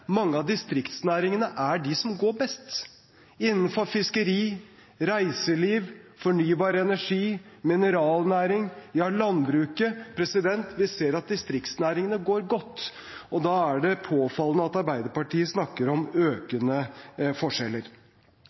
Mange av distriktsnæringene er dem som går best, innenfor fiskeri, reiseliv, fornybar energi, mineralnæring og landbruket. Ja, vi ser at distriktsnæringene går godt, og da er det påfallende at Arbeiderpartiet snakker om økende forskjeller.